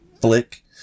flick